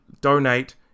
Donate